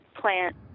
plant